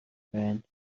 байна